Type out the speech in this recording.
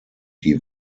die